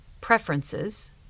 Preferences